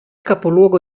capoluogo